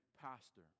pastor